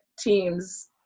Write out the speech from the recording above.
teams